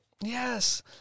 Yes